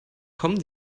kommen